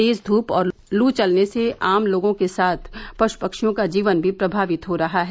तेज धूप और लू चलने से आम लोगों के साथ पशु पक्षियों का जीवन भी प्रभावित हो रहा है